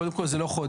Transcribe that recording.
קודם כל, זה לא חודש.